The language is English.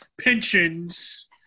pensions